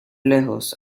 lejos